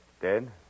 Dead